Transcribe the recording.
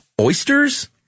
Oysters